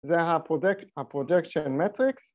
‫זה ה-Projection Metrics.